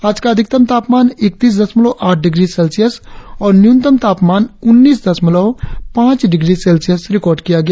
आज का अधिकतम तापमान इकतीस दशमलव आठ डिग्री सेल्सियस और न्यूनतम तापमान उन्नीस दशमलव पांच डिग्री सेल्सियस रिकार्ड किया गया